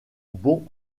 bon